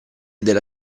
della